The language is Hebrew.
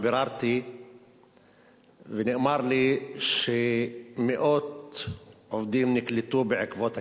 וביררתי ונאמר לי שמאות עובדים נקלטו בעקבות הקמפיין.